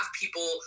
people